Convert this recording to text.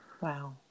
wow